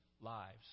lives